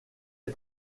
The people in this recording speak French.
est